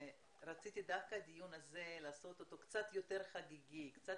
רציתי לקיים את הדיון הזה קצת יותר חגיגי וקצת